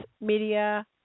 media